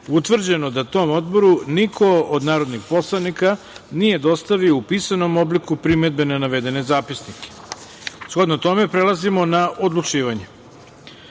utvrđeno da tom Odboru niko od narodnih poslanika nije dostavio u pisanom obliku primedbe na navedene zapisnike. Shodno tome, prelazimo na odlučivanje. Stavljam